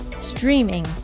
streaming